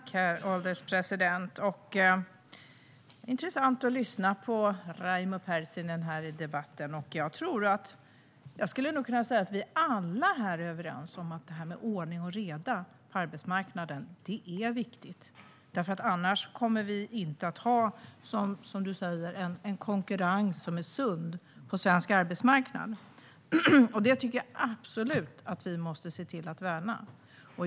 Herr ålderspresident! Det är intressant att lyssna på Raimo Pärssinen i debatten. Jag skulle nog kunna säga att vi alla här är överens om att ordning och reda på arbetsmarknaden är viktigt. Annars kommer vi, som Raimo Pärssinen säger, inte att ha en sund konkurrens på svensk arbetsmarknad. Detta måste vi absolut värna.